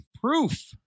Proof